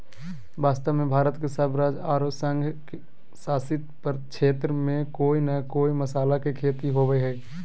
वास्तव में भारत के सब राज्य आरो संघ शासित क्षेत्र में कोय न कोय मसाला के खेती होवअ हई